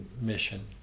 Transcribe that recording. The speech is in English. mission